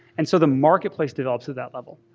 and so the marketplace did all to that level.